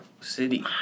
City